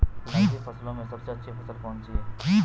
नकदी फसलों में सबसे अच्छी फसल कौन सी है?